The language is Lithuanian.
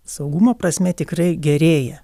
saugumo prasme tikrai gerėja